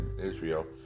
Israel